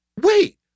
wait